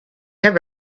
have